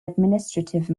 administrative